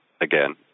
again